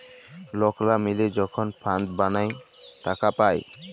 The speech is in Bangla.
লকরা মিলে যখল ফাল্ড বালাঁয় টাকা পায়